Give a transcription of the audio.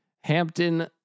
Hampton